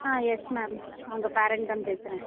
ஆ yes ma'am அவங்க parent தான் பேசுகிறேன்